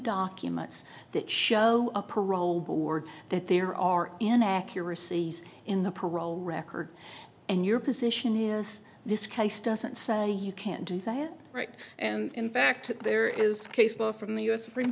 documents that show a parole board that there are inaccuracy in the parole record and your position is this case doesn't say you can't do that right and in fact there is case law from the u s supreme